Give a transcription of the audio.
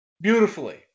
beautifully